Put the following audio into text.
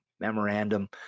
memorandum